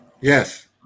yes